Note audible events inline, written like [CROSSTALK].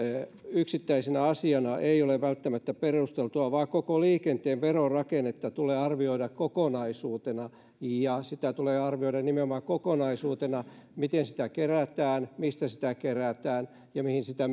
yksittäisenä asiana ei ole välttämättä perusteltua vaan koko liikenteen verorakennetta tulee arvioida kokonaisuutena ja sitä tulee arvioida nimenomaan kokonaisuutena sitä miten sitä kerätään mistä sitä kerätään ja myöskin mihin sitä [UNINTELLIGIBLE]